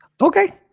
Okay